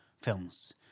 films